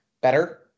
better